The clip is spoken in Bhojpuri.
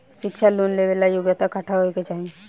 शिक्षा लोन लेवेला योग्यता कट्ठा होए के चाहीं?